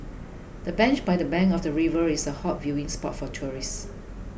the bench by the bank of the river is a hot viewing spot for tourists